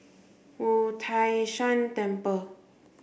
Wu Tai Shan Temple